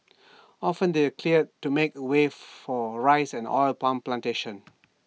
often they were cleared to make way for rice and oil palm Plantations